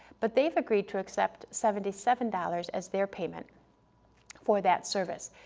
but they've agreed to accept seventy seven dollars as their payment for that service.